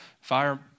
fire